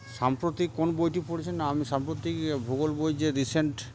সাম্প্রতিক কোন বইটি পড়েছেন না আমি সাম্প্রতিক ভূগোল বই যে রিসেন্ট